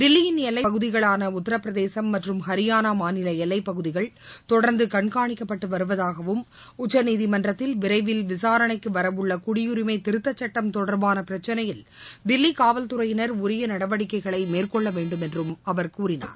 தில்லியின் எல்லைப் பகுதிகளான உத்தரப் பிரதேசம் மற்றம் ஹரியானா மாநில எல்லைப் பகுதிகள் தொடர்ந்து கண்காணிக்கப்பட்டு வருவதாகவும் உச்சநீதிமன்றத்தில் விரைவில் விசாரணைக்கு வர உள்ள குடியுரிமை திருத்த சட்டம் தொடர்பான பிரச்சனையில் தில்லி காவல்துறையினர் உரிய நடவடிக்கைகளை மேற்கொள்ள வேண்டும் என்று அமைச்சர் கூறினார்